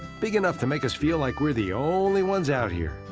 big enough to make us feel like we're the only ones out here.